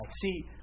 See